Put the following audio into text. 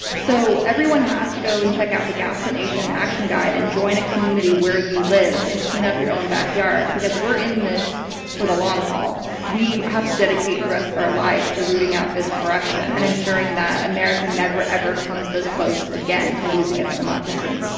so everyone has to go and check out the gaslit nation action guide and join a community where you live and clean up your own backyard, because we're in this for the long haul. we have to dedicate the rest of our lives to rooting out this corruption and ensuring that america never, ever comes this close again to losing its democracy.